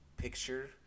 Picture